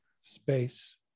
space